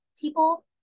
people